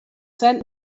sent